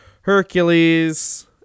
Hercules